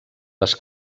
les